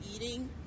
eating